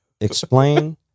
explain